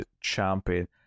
champion